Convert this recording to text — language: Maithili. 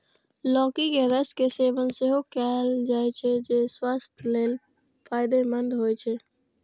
लौकी के रस के सेवन सेहो कैल जाइ छै, जे स्वास्थ्य लेल फायदेमंद होइ छै